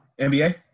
NBA